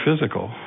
physical